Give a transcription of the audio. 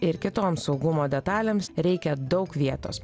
ir kitoms saugumo detalėms reikia daug vietos